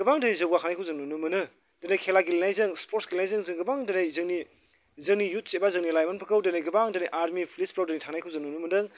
गोबां दिनै जौगाखांनायखौ जों नुनो मोनो दिनै खेला गेलेनायजों स्पर्ट्स गेलेनायजों जों गोबां दिनै जोंनि इउथ्स एबा जोंनि लाइमोनफोरखौ दिनै गोबां दिनै आरमि फुलिसफ्राव दिनै थांनायखौ जों नुनो मोनदों